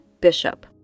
Bishop